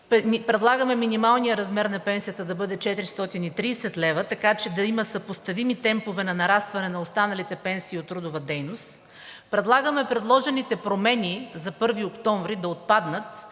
Предлагаме минималният размер на пенсията да бъде 430 лв., така че да има съпоставими темпове на нарастване на останалите пенсии от трудова дейност. Предлагаме предложените промени за 1 октомври да отпаднат,